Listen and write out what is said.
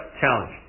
challenge